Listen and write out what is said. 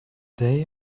day